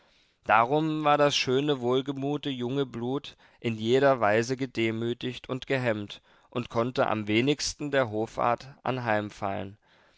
darum war das schöne wohlgemute junge blut in jeder weise gedemütigt und gehemmt und konnte am wenigsten der hoffart anheimfallen